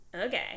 okay